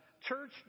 church